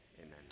amen